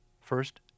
First